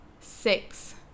six